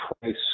Price